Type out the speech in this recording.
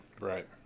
Right